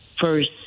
first